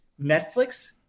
netflix